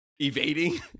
evading